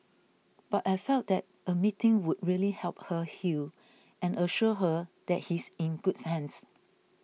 but I felt that a meeting would really help her heal and assure her that he's in good hands